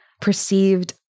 perceived